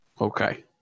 Okay